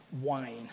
wine